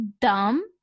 dumb